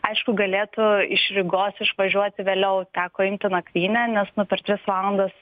aišku galėtų iš rygos išvažiuoti vėliau teko imti nakvynę nes nu per tris valandas